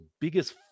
biggest